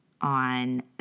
on